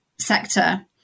sector